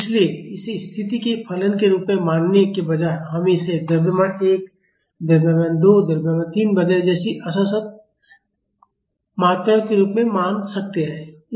इसलिए इसे स्थिति के फलन के रूप में मानने के बजाय हम इसे द्रव्यमान 1 द्रव्यमान 2 द्रव्यमान 3 वगैरह जैसी असतत मात्राओं के रूप में मान सकते हैं